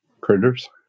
critters